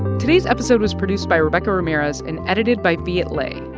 today's episode was produced by rebecca ramirez and edited by viet le.